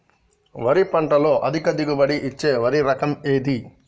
వరి పంట లో అధిక దిగుబడి ఇచ్చే వరి రకం ఏది?